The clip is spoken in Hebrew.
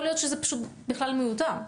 יכול להיות שזה פשוט בכלל מיותר.